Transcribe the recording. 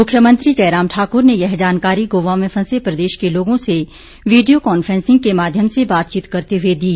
मुख्यमंत्री जयराम ठाकुर ने यह जानकारी गोवा में फंसे प्रदेश के लोगों से वीडियो कॉन्फ्रैसिंग के माध्यम से बातचीत करते हुए दी